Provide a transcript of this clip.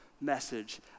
message